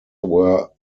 were